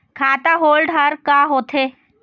खाता होल्ड हर का होथे?